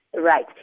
Right